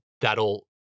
that'll